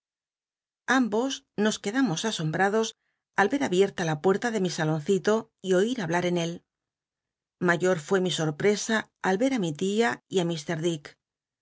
ambos nos quedamos asombrados al y c t abierta la puerta de mi saloncito y oír hablar en él mayor fué mi sorpresa al vet á mi tia y